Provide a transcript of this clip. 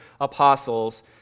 apostles